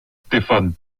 stefan